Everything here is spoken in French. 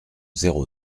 zéro